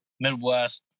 Midwest